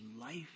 life